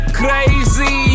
crazy